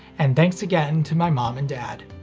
and thanks again to my mom and dad.